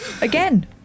Again